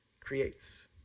creates